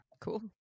Cool